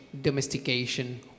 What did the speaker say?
domestication